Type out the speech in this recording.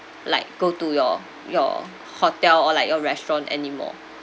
like go to your your hotel or like your restaurant anymore